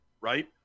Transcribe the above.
Right